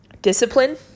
discipline